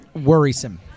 worrisome